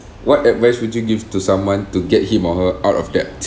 what advice would you give to someone to get him or her out of debt